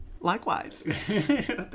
likewise